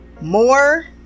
more